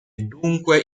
dunque